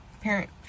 parent